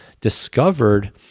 discovered